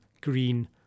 green